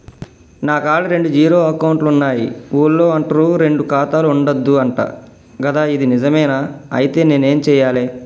నా కాడా రెండు జీరో అకౌంట్లున్నాయి ఊళ్ళో అంటుర్రు రెండు ఖాతాలు ఉండద్దు అంట గదా ఇది నిజమేనా? ఐతే నేనేం చేయాలే?